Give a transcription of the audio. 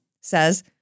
says